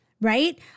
right